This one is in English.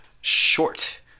short